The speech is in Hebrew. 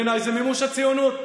בעיניי זה מימוש הציונות.